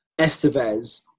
Estevez